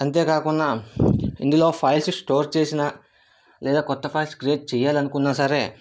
అంతేకాకున్న ఇందులో files store చేసిన లేదా కొత్త ఫైల్స్ క్రియేట్ చేయాలనుకున్న సరే